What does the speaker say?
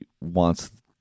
wants